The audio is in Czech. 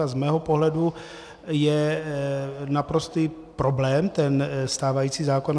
A z mého pohledu je naprostý problém ten stávající zákon.